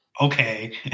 Okay